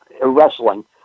wrestling